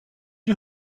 you